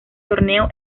torneo